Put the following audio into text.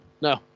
no